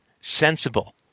sensible